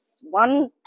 One